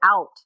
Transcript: out